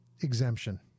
Exemption